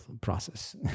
process